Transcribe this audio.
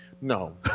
No